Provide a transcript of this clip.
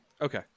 Okay